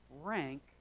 rank